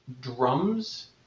drums